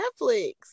Netflix